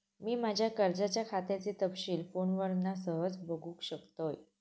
मी माज्या कर्जाच्या खात्याचे तपशील फोनवरना सहज बगुक शकतय